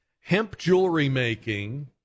hemp-jewelry-making